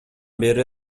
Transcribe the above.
бери